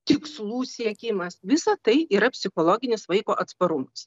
tikslų siekimas visa tai yra psichologinis vaiko atsparumas